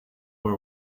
are